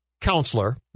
counselor